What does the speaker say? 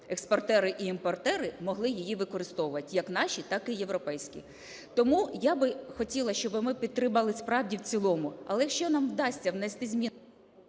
експортери і імпортери могли її використовувати як наші, так і європейські. Тому я би хотіла, щоби ми підтримали справді в цілому. Але якщо нам вдасться зміни...